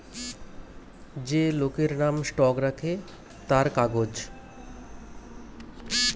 যে লোকের নাম স্টক রাখে তার কাগজ